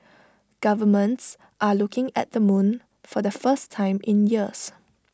governments are looking at the moon for the first time in years